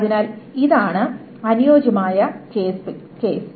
അതിനാൽ ഇതാണ് അനുയോജ്യമായ കേസ്